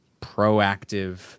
proactive